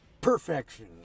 perfection